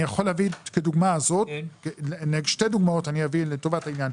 אני יכול להביא שתי דוגמאות לטובת העניין.